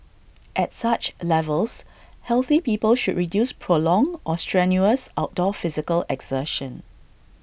at such levels healthy people should reduce prolonged or strenuous outdoor physical exertion